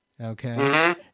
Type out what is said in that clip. okay